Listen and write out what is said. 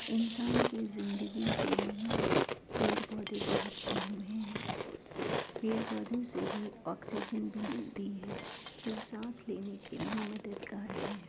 انسان کی زندگی کے لیے پیڑ پودے بہت اہم ہیں پیڑ پودوں سے ہی آکسیجن بھی ملتی ہے جو سانس لینے کے لیے مددگار ہے